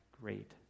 great